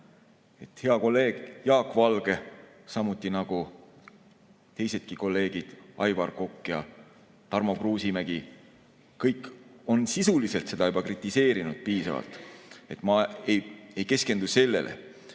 Hea kolleeg Jaak Valge, samuti nagu teisedki kolleegid, Aivar Kokk ja Tarmo Kruusimägi, kõik on sisuliselt seda juba kritiseerinud piisavalt. Ma ei keskendu sellele,